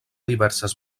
diverses